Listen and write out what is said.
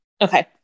Okay